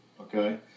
okay